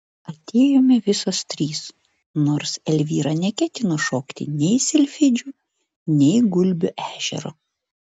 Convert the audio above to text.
atėjome visos trys nors elvyra neketino šokti nei silfidžių nei gulbių ežero